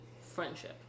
friendship